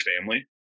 family